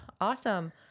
Awesome